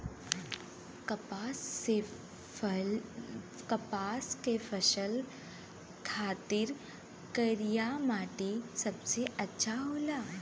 कपास के फसल खातिर करिया मट्टी बहुते अच्छा होला